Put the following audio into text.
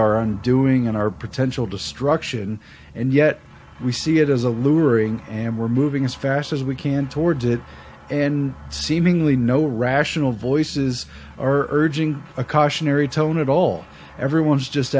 undoing in our potential destruction and yet we see it as a luring and we're moving as fast as we can towards it and seemingly no rational voices are urging a cautionary tone at all everyone is just